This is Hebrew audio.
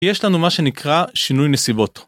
יש לנו מה שנקרא שינוי נסיבות.